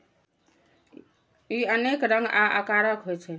ई अनेक रंग आ आकारक होइ छै